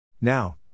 Now